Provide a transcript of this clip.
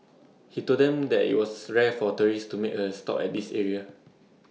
he told them that IT was rare for tourists to make A stop at this area